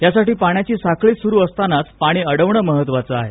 यासाठी पाण्याची साखळी सूरु असतानाच पाणी अडवणं महत्वाचं आहे